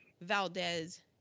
Valdez